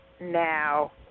now